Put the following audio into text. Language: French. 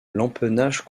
l’empennage